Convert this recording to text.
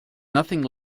nothing